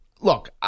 look